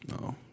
No